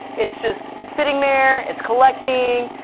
it's just sitting there, it's collecting,